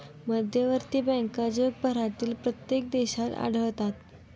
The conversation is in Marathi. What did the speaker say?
मध्यवर्ती बँका जगभरातील प्रत्येक देशात आढळतात